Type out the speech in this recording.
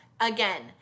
again